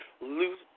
lose